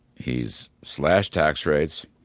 he's slashed tax rates,